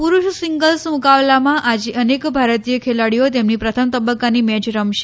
પુરુષ સિગલ્સ મુકાબલામાં આજે અનેક ભારતીય ખેલાડીઓ તેમની પ્રથમ તબકકાની મેચ રમશે